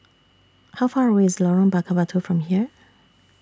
How Far away IS Lorong Bakar Batu from here